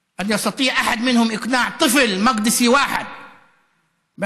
להלן תרגומם: אני קורא תיגר בפני כל הנשיאים והמלכים בעולם